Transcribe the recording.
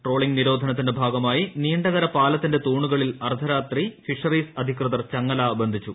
trawling നിരോധനത്തിന്റൈ ഭാഗമായി നീണ്ടകര പാലത്തിന്റെ തൂണുകളിൽ അർദ്ധരാത്രി ഫിഷറീസ് അധികൃതർ ചങ്ങല ബന്ധിച്ചു